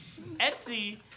Etsy